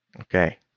Okay